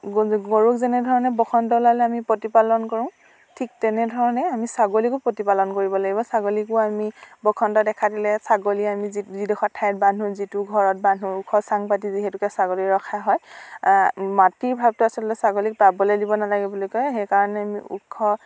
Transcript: গৰু গৰুক যেনেধৰণে বসন্ত ওলালে আমি প্ৰতিপালন কৰোঁ ঠিক তেনেধৰণে আমি ছাগলীকো প্ৰতিপালন কৰিব লাগিব ছাগলীকো আমি বসন্ত দেখা দিলে ছাগলী আমি যি যিডোখৰ ঠাইত বান্ধো যিটো ঘৰত বান্ধো ওখ চাং পাতি যিহেতুকে ছাগলী ৰখা হয় মাটিৰ ভাপটো আচলতে ছাগলীক পাবলে দিব নালাগে বুলি কয় সেইকাৰণে আমি ওখ